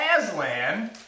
Aslan